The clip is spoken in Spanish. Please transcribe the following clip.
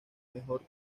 mejor